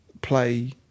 play –